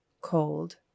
cold